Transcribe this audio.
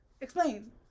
Explain